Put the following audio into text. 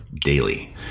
daily